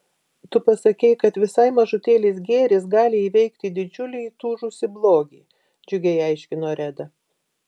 tu pasakei kad visai mažutėlis gėris gali įveikti didžiulį įtūžusį blogį džiugiai aiškino reda